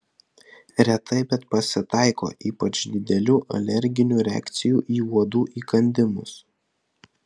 retai bet pasitaiko ypač didelių alerginių reakcijų į uodų įkandimus